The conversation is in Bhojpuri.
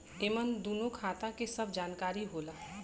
एमन दूनो खाता के सब जानकारी होला